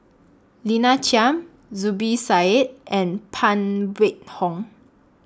Lina Chiam Zubir Said and Phan Wait Hong